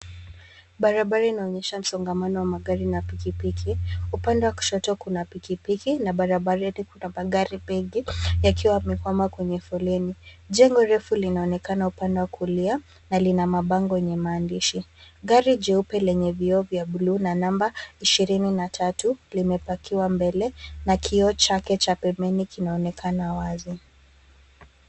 Barabara inaonyesha msongamano wa magari na pikipiki. Upande wa kushoto kuna pikipiki na barabarani kuna magari mengi, yakiwa yamekwama kwenye foleni. Jengo refu linaonekana upande wa kulia, na lina mabango yenye maandishi. Gari jeupe lenye vioo vya bluu na namba, ishirini na tatu, limepakiwa mbele, na kioo chake cha pembeni kinaonekana wazi.